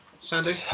Sandy